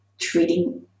treating